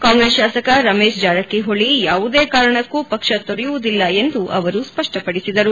ಕಾಂಗ್ರೆಸ್ ಶಾಸಕ ರಮೇಶ್ ಜಾರಕಿಹೊಳಿ ಯಾವುದೇ ಕಾರಣಕ್ಕೂ ಪಕ್ಷ ತೊರೆಯುವುದಿಲ್ಲ ಎಂದು ಅವರು ಸ್ಪಪ್ಪಪಡಿಸಿದರು